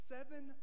Seven